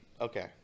Okay